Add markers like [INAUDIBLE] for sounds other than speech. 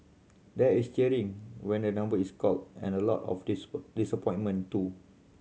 there is cheering when a number is called and a lot of [UNINTELLIGIBLE] disappointment too